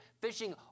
fishing